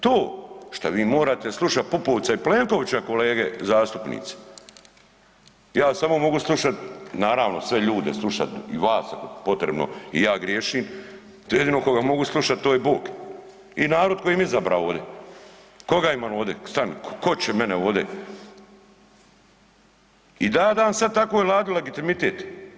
To što vi morate slušati Pupovca i Plenkovića kolege zastupnici, ja samo mogu slušati naravno sve ljude slušat i vas ako je potrebno i ja griješim, jedino koga mogu slušat to je Bog i narod koji me izabrao ovdje. koga ima ovdje, ... tko će mene ovdje i da ja dam sad takvoj Vladi legitimitet?